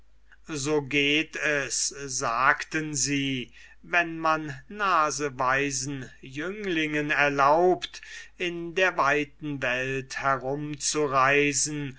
so geht es sagten sie wenn man naseweisen jünglingen erlaubt in der weiten welt herum